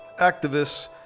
activists